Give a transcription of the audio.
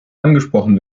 angesprochen